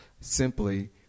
simply